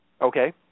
Okay